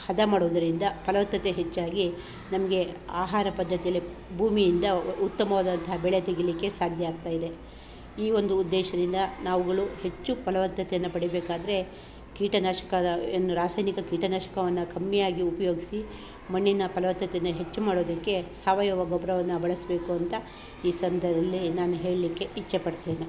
ಹದ ಮಾಡುವುದರಿಂದ ಫಲವತ್ತತೆ ಹೆಚ್ಚಾಗಿ ನಮಗೆ ಆಹಾರ ಪದ್ದತಿಯಲ್ಲಿ ಭೂಮಿಯಿಂದ ಉತ್ತಮವಾದಂಥ ಬೆಳೆ ತೆಗಿಲಿಕ್ಕೆ ಸಾಧ್ಯ ಆಗ್ತಾಯಿದೆ ಈ ಒಂದು ಉದ್ದೇಶದಿಂದ ನಾವ್ಗಳು ಹೆಚ್ಚು ಫಲವತ್ತತೆಯನ್ನ ಪಡಿಬೇಕಾದರೆ ಕೀಟನಾಶಕದ ಏನ್ ರಾಸಾಯನಿಕ ಕೀಟನಾಶಕವನ್ನು ಕಮ್ಮಿಯಾಗಿ ಉಪಯೋಗಿಸಿ ಮಣ್ಣಿನ ಫಲವತ್ತತೆಯನ್ನ ಹೆಚ್ಚು ಮಾಡೋದಿಕ್ಕೆ ಸಾವಯವ ಗೊಬ್ಬರವನ್ನ ಬಳಸಬೇಕು ಅಂತ ಈ ಸಂದ್ ಇಲ್ಲಿ ನಾನು ಹೇಳಲಿಕ್ಕೆ ಇಚ್ಚೆ ಪಡ್ತೇನೆ